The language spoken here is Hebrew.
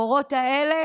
המורות האלה